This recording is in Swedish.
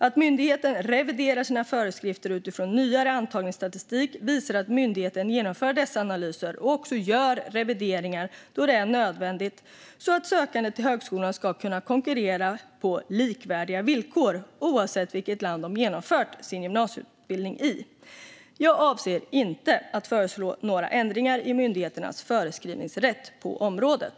Att myndigheten reviderar sina föreskrifter utifrån nyare antagningsstatistik visar att myndigheten genomför dessa analyser och också gör revideringar då det är nödvändigt så att sökande till högskolan ska kunna konkurrera på likvärdiga villkor, oavsett i vilket land de genomfört sin gymnasieutbildning. Jag avser inte att föreslå några ändringar i myndighetens föreskriftsrätt på området.